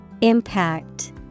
Impact